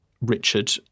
Richard